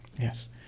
Yes